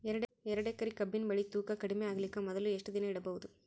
ಎರಡೇಕರಿ ಕಬ್ಬಿನ್ ಬೆಳಿ ತೂಕ ಕಡಿಮೆ ಆಗಲಿಕ ಮೊದಲು ಎಷ್ಟ ದಿನ ಇಡಬಹುದು?